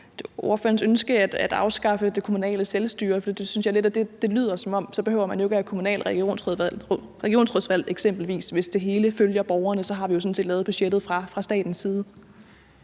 det er ordførerens ønske at afskaffe det kommunale selvstyre? For det synes jeg lidt er det, det lyder som om. Så behøver man jo eksempelvis ikke have kommunale regionsrådsvalg. Hvis det hele følger borgerne, har vi jo sådan set lavet budgettet fra statens side.